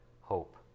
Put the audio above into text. hope